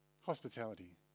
Hospitality